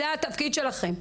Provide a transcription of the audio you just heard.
זה התפקיד שלכם.